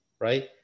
right